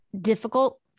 difficult